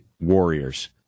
Warriors